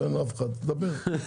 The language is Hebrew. אין אף אחד, דבר.